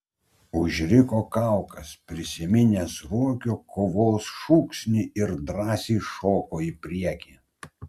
užriko kaukas prisiminęs ruokio kovos šūksnį ir drąsiai šoko į priekį